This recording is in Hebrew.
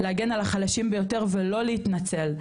להגן על החלשים ביותר ולא להתנצל,